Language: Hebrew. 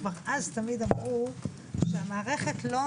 כבר אז תמיד אמרו שהמערכת לא